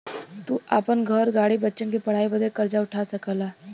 तू आपन घर, गाड़ी, बच्चन के पढ़ाई बदे कर्जा उठा सकला